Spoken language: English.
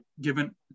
given